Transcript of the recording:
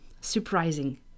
surprising